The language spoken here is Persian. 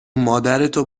مادرتو